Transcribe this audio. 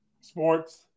Sports